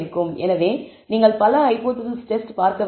எனவே நீங்கள் பல ஹைபோதேசிஸ் டெஸ்ட் பார்க்க வேண்டியிருக்கும்